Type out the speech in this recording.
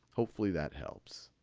hopefully, that helps.